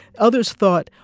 others thought,